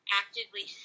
actively